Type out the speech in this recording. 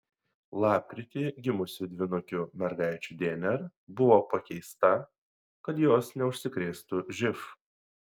lapkritį gimusių dvynukių mergaičių dnr buvo pakeista kad jos neužsikrėstų živ